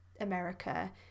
America